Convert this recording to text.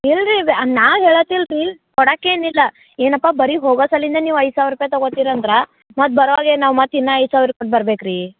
ಇಲ್ರಿ ವ್ಯ ನಾ ಹೇಳತ್ತಿಲ್ರೀ ಕೊಡಕ್ಕೇನಿಲ್ಲ ಏನಪ್ಪಾ ಬರಿ ಹೊಗೊಸಲಿಂದ ನೀವು ಐದು ಸಾವಿರ ರೂಪಾಯಿ ತಗೋತಿನಂದ್ರ ಮತ್ತೆ ಬರೊಗೆನ್ ನಾವು ಮತ್ತೆ ಇನ್ನ ಐದು ಸಾವಿರ ರೂಪಾಯಿಗೆ ಬರ್ಬೇಕು ರೀ